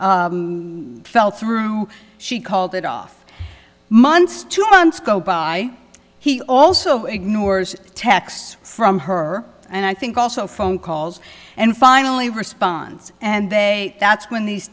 fell through she called it off months two months go by he also ignores texts from her and i think also phone calls and finally responds and they that's when these